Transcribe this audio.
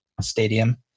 stadium